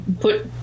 put